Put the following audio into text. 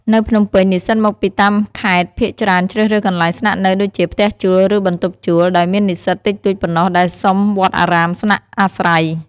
នៅភ្នំពេញ និស្សិតមកពីតាមខេត្តភាគច្រើនជ្រើសរើសកន្លែងស្នាក់នៅដូចជា ផ្ទះជួល ឬបន្ទប់ជួល ដោយមាននិស្សិតតិចតួចប៉ុណ្ណោះដែលសុំវត្តអារាមស្នាក់អាស្រ័យ។